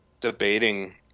debating